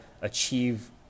achieve